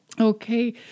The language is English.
Okay